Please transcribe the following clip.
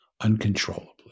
uncontrollably